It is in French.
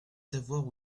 savoir